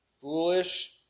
Foolish